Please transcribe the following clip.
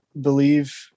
believe